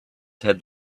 had